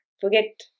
Forget